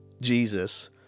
Jesus